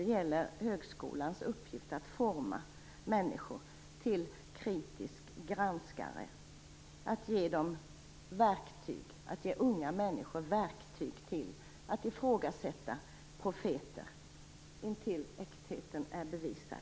Det gäller högskolans uppgift att forma människor till kritiska granskare och att ge unga människor verktyg till att ifrågasätta profeter intill dess att äktheten är bevisad.